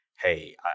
hey